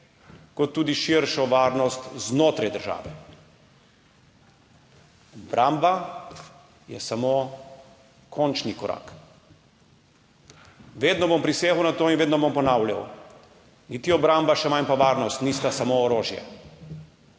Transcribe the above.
kot tudi širšo varnost znotraj države. Obramba je samo končni korak. Vedno bom prisegal na to in vedno bom ponavljal: niti obramba, še manj pa varnost nista samo orožje.